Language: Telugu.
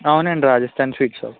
అవునండి రాజస్థాన్ స్వీట్ షాప్